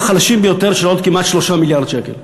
החלשים ביותר של עוד כמעט 3 מיליארד שקל.